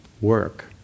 work